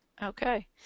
Okay